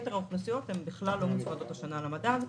יתר האוכלוסיות בכלל לא מוצמדות השנה למדד,